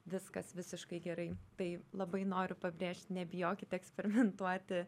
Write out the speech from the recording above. viskas visiškai gerai tai labai noriu pabrėžt nebijokit eksperimentuoti